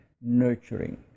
nurturing